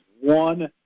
one